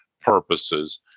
purposes